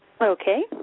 Okay